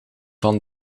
van